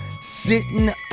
Sitting